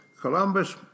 Columbus